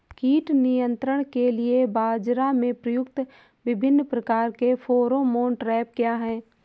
कीट नियंत्रण के लिए बाजरा में प्रयुक्त विभिन्न प्रकार के फेरोमोन ट्रैप क्या है?